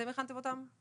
אתם הכנתם אותם?